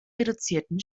reduzierten